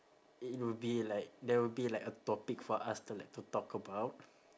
it would be like there would be like a topic for us to like to talk about